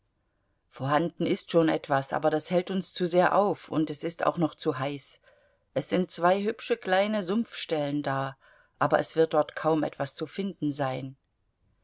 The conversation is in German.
vorhanden ist schon etwas aber das hält uns zu sehr auf und es ist auch noch zu heiß es sind zwei hübsche kleine sumpfstellen da aber es wird dort kaum etwas zu finden sein